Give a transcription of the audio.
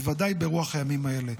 בוודאי ברוח הימים האלה.